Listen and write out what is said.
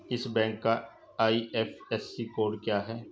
इस बैंक का IFSC code क्या है?